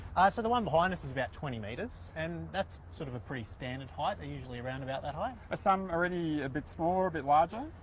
so the one behind us is about twenty meters and that's sort of a pretty standard height they're usually around about that high. ah are any a bit smaller or a bit larger?